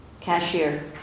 cashier